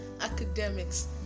academics